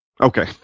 Okay